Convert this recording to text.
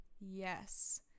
Yes